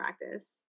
practice